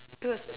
to a